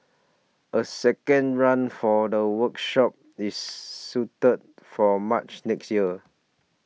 a second run for the workshop is suited for March next year